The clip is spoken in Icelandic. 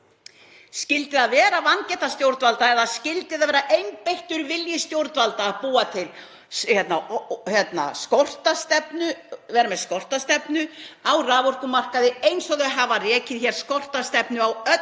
Skyldi það vera vangeta stjórnvalda eða skyldi það vera einbeittur vilji stjórnvalda að vera með skortstefnu á raforkumarkaði eins og þau hafa rekið hér, skortstefnu á öllum